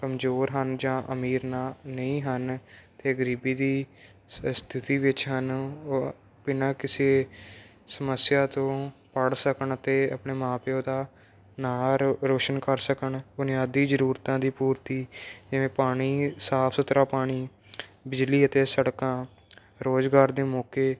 ਕਮਜ਼ੋਰ ਹਨ ਜਾ ਅਮੀਰ ਨਾ ਨਹੀਂ ਹਨ ਅਤੇ ਗਰੀਬੀ ਦੀ ਸਥਿਤੀ ਵਿੱਚ ਹਨ ਉਹ ਬਿਨ੍ਹਾਂ ਕਿਸੇ ਸਮੱਸਿਆ ਤੋਂ ਪੜ੍ਹ ਸਕਣ ਅਤੇ ਆਪਣੇ ਮਾਂ ਪਿਓ ਦਾ ਨਾਂ ਰੋਸ਼ਨ ਕਰ ਸਕਣ ਬੁਨਿਆਦੀ ਜ਼ਰੂਰਤਾਂ ਦੀ ਪੂਰਤੀ ਜਿਵੇਂ ਪਾਣੀ ਸਾਫ਼ ਸੁਥਰਾ ਪਾਣੀ ਬਿਜਲੀ ਅਤੇ ਸੜਕਾਂ ਰੋਜ਼ਗਾਰ ਦੇ ਮੌਕੇ